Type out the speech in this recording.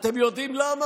תודה.